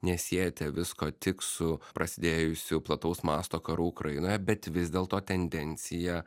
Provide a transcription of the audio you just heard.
nesiejate visko tik su prasidėjusiu plataus masto karu ukrainoje bet vis dėlto tendencija